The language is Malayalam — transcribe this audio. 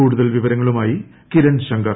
കൂടുതൽ വിവരങ്ങളുമായി കിരൺ ശങ്കർ